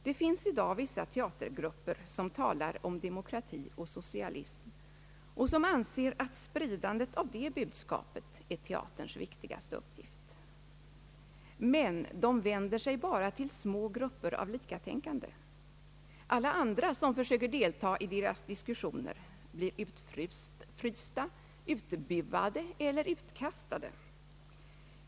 Det finns i dag vissa teatergrupper, som talar om demokrati och socialism, och som anser att spridandet av det budskapet är teaterns viktigaste uppgift. Men de vänder sig bara till små grupper av likatänkande. Andra som försöker delta i deras diskussioner blir utfrysta, utbuade eller utkastade.